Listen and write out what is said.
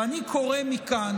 ואני קורא מכאן